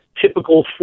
typical